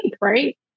right